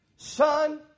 Son